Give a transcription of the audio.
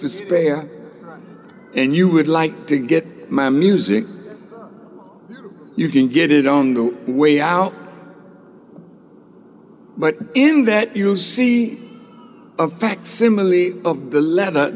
to spare and you would like to get my music you can get it on the way out but in that you see a facsimile of the letter